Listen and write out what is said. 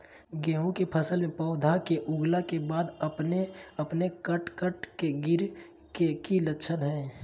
गेहूं के फसल में पौधा के उगला के बाद अपने अपने कट कट के गिरे के की लक्षण हय?